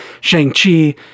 Shang-Chi